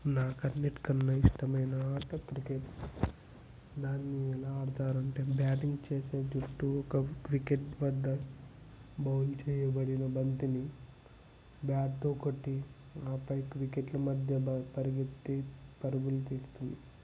నాకు అన్నిటికన్నా ఇష్టమైన ఆట క్రికెట్ దాన్ని ఎలా ఆడతారంటే బ్యాటింగ్ చేసే చుట్టూ ఒక క్రికెట్ బర్గర్ బౌల్ చేయబడిన బంతిని బ్యాట్తో కొట్టి ఆపై వికెట్ల మధ్య పరుగెత్తి పరుగులు తీస్తూ